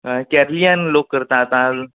हय केरलीयन लोक करता आतां